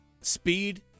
speed